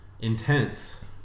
intense